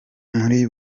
muri